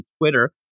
Twitter